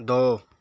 ਦੋ